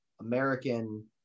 american